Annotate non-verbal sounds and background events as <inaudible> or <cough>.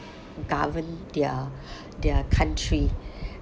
govern their <breath> their country <breath>